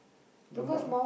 the mong~